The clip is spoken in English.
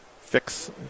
fix